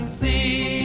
see